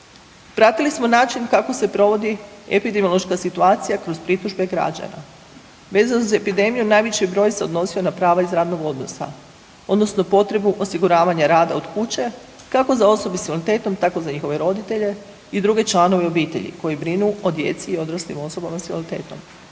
Pratili smo način kako se provodi epidemiološka situacija kroz pritužbe građana. Vezano uz epidemiju, najveći broj se odnosio na prava iz radnog odnosa, odnosno potrebu osiguravanja rada od kuće, kako za osobe s invaliditetom, tako za njihove roditelje i druge članove obitelji, koji brinu o djeci i odraslim osobama s invaliditetom.